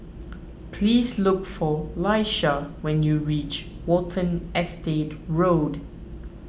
please look for Laisha when you reach Watten Estate Road